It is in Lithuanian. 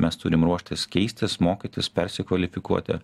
mes turim ruoštis keistis mokytis persikvalifikuoti